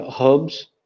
herbs